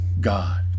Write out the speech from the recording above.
God